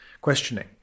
questioning